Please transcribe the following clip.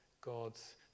god's